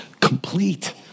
complete